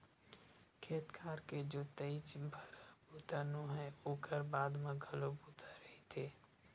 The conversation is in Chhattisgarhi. खेत खार के जोतइच भर ह बूता नो हय ओखर बाद म घलो बूता रहिथे